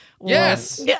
Yes